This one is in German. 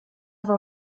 war